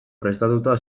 prestatuta